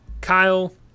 Kyle